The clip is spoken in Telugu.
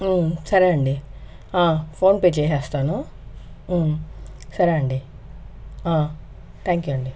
సరే అండి ఫోన్పే చేసేస్తాను సరే అండి థ్యాంక్ యు అండి